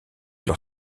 leur